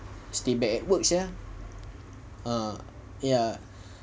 stay back at work sia